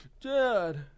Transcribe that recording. dad